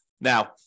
Now